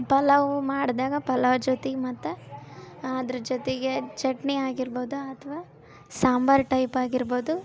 ಪಲಾವು ಮಾಡಿದಾಗ ಪಲಾವು ಜೊತಿಗೆ ಮತ್ತು ಅದ್ರ ಜೊತೆಗೆ ಚಟ್ನಿ ಆಗಿರ್ಬೋದು ಅಥವಾ ಸಾಂಬಾರು ಟೈಪ್ ಆಗಿರ್ಬೋದು